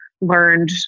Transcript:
learned